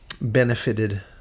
benefited